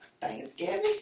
Thanksgiving